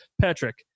Patrick